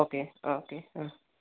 okay ആ okay ആ